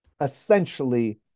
Essentially